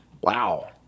Wow